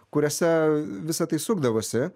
kuriuose visa tai sukdavosi